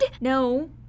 No